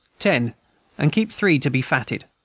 ten and keep three to be fatted.